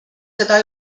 seda